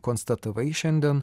konstatavai šiandien